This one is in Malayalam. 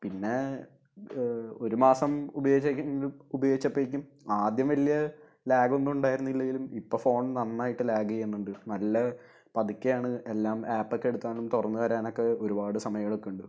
പിന്നെ ഒരു മാസം ഉപയോഗിച്ചപ്പോൾ ഉപയോഗിച്ചപ്പോഴേക്കും ആദ്യം വലിയ ലാഗ് ഒന്നും ഉണ്ടായിരുന്നില്ലേലും ഇപ്പോൾ ഫോൺ നന്നായിട്ട് ലാഗ് ചെയ്യുന്നുണ്ട് നല്ല പതുക്കെയാണ് എല്ലാം ആപ്പൊക്കെ എടുത്താലും തുറന്ന് തരാനൊക്കെ ഒരുപാട് സമയം എടുക്കുന്നുണ്ട്